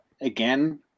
again